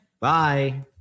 Bye